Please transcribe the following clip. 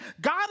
God